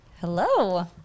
Hello